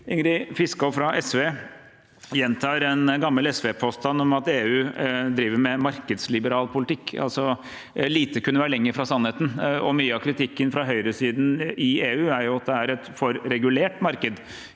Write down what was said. Ingrid Fiskaa fra SV gjentar en gammel SV-påstand om at EU driver med markedsliberal politikk. Lite kunne vært lenger fra sannheten. Mye av kritikken fra høyresiden i EU er at det er et for regulert marked.